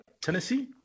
Tennessee